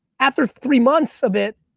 after three months of it,